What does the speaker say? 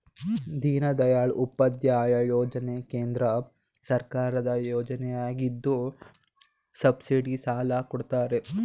ದೀನದಯಾಳ್ ಉಪಾಧ್ಯಾಯ ಯೋಜನೆ ಕೇಂದ್ರ ಸರ್ಕಾರದ ಯೋಜನೆಯಗಿದ್ದು ಸಬ್ಸಿಡಿ ಸಾಲ ಕೊಡ್ತಾರೆ